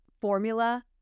formula